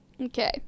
Okay